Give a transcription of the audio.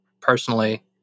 personally